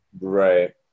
Right